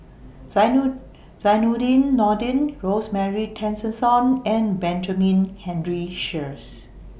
Zainudin Nordin Rosemary Tessensohn and Benjamin Henry Sheares